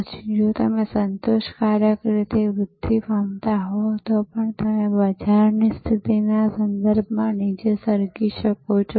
પછી જો તમે સંતોષકારક રીતે વૃદ્ધિ પામતા હોવ તો પણ તમે બજારની સ્થિતિના સંદર્ભમાં નીચે સરકી શકો છો